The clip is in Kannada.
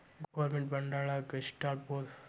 ಗೊರ್ಮೆನ್ಟ್ ಬಾಂಡ್ನಾಗ್ ಯೆಷ್ಟ್ ಹಾಕ್ಬೊದು?